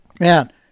man